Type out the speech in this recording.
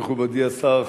מכובדי השר,